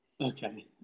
Okay